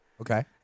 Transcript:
Okay